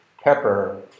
pepper